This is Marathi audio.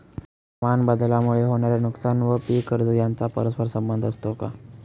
हवामानबदलामुळे होणारे नुकसान व पीक कर्ज यांचा परस्पर संबंध असतो का?